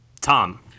Tom